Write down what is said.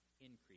increase